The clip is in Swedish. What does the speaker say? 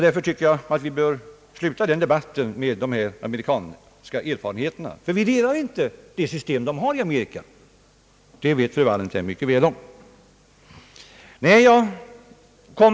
Därför tycker jag att man bör sluta debatten om de amerikanska erfarenheterna. Vi gillar inte amerikanernas system, det vet fru Wallentheim mycket väl om.